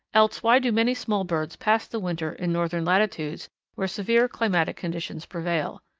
else why do many small birds pass the winter in northern latitudes where severe climatic conditions prevail?